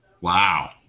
Wow